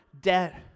debt